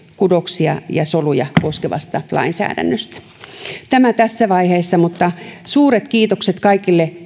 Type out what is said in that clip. kudoksia ja soluja koskevasta lainsäädännöstä tämä tässä vaiheessa mutta suuret kiitokset kaikille